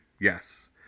Yes